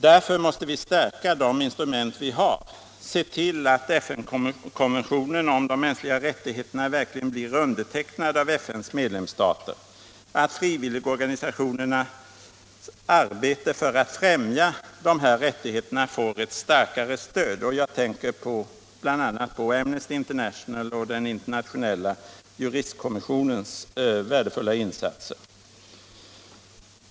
Därför måste vi stärka de instrument vi har — se till att FN-konventionen om de mänskliga rättigheterna verkligen blir undertecknad av FN:s medlemsstater, att frivilligorganisationernas arbete för att främja dessa rättigheter får ett starkare stöd — jag tänker bl.a. på Amnesty Internationals och den Internationella juristkommissionens värdefulla insatser.